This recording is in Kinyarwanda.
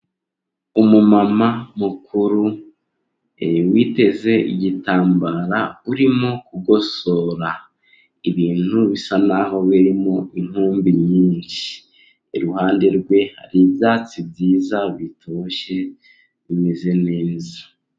Umumama mukuru witeze igitambara urimo kugosora ibintu bisa n'aho birimo inkumbi nyinshi, iruhande rwe hari ibyatsi byiza bitoshye bimeze neza.